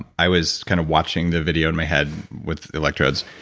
i was kind of watching the video in my head with electrodes,